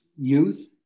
youth